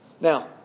Now